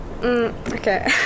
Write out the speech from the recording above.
okay